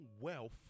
wealth